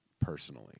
personally